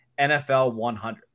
NFL100